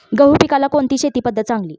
गहू पिकाला कोणती शेती पद्धत चांगली?